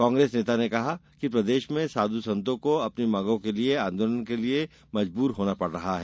कांग्रेस नेता ने कहा कि प्रदेश में साधु संतों को अपनी मांगों के लिए आंदोलन के लिए मजबूर होना पड़ रहा है